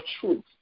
truth